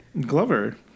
Glover